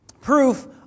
proof